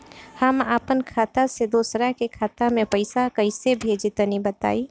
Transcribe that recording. हम आपन खाता से दोसरा के खाता मे पईसा कइसे भेजि तनि बताईं?